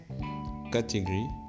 category